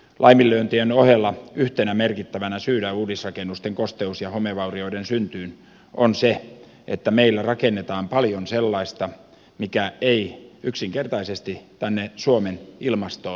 laiminlyöntien ohella yhtenä merkittävänä syynä uudisrakennusten kosteus ja homevaurioiden syntyyn on se että meillä rakennetaan paljon sellaista mikä ei yksinkertaisesti tänne suomen ilmastoon sovellu